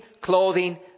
clothing